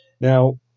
Now